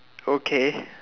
okay